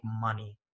money